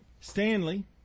Stanley